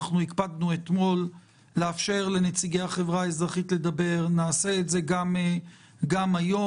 הקפדנו אתמול לאפשר לנציגי החברה האזרחית לדבר ונעשה את זה גם היום.